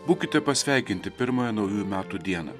būkite pasveikinti pirmąją naujųjų metų dieną